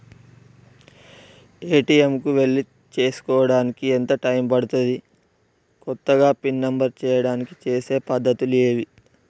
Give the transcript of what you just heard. ATM కు వెళ్లి చేసుకోవడానికి ఎంత టైం పడుతది? కొత్తగా పిన్ నంబర్ చేయడానికి చేసే పద్ధతులు ఏవి?